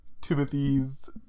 Timothy's